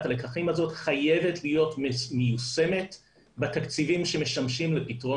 הלקחים הזאת חייבת להיות מיושמת בתקציבים שמשמשים לפתרון